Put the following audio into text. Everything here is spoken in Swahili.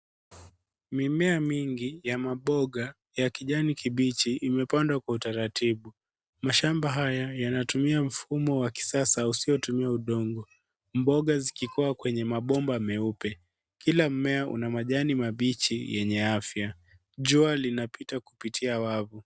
Mimea mingi ya maboga ya kijani kibichi imepandwa kwa utaratibu. Mashamba haya yanatumia mfumo wa kisasa usiotumia udongo. Mboga zikikua kwenye mabomba meupe. Kila mmea una majani mabichi yenye afya. Jua linapita kupitia wavu.